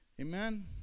Amen